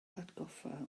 hatgoffa